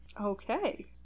Okay